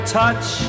touch